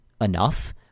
enough